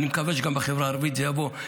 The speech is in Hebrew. אני מקווה שגם בחברה הערבית זה יבוא,